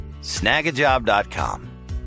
Snagajob.com